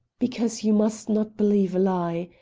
because you must not believe a lie.